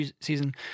season